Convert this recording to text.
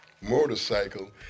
motorcycle